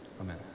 Amen